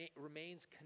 remains